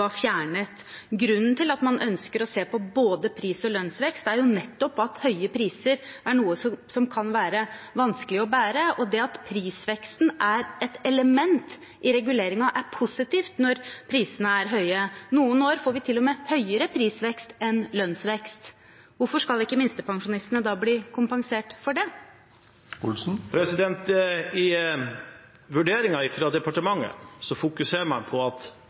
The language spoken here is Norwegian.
fjernet. Grunnen til at man ønsker å se på både pris- og lønnsvekst, er jo nettopp at høye priser er noe som kan være vanskelig å bære, og det at prisveksten er et element i reguleringen, er positivt når prisene er høye. Noen år får vi til og med høyere prisvekst enn lønnsvekst. Hvorfor skal ikke minstepensjonistene da bli kompensert for det? I vurderingen fra departementet fokuserer man på at